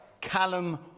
Callum